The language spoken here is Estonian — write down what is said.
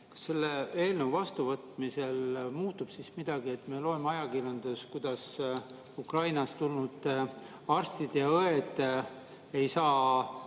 Kas selle eelnõu vastuvõtmisel muutub siis midagi? Me loeme ajakirjandusest, kuidas Ukrainast tulnud arstid ja õed ei saa